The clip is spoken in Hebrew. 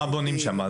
מה בונים שם?